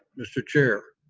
mr. chair?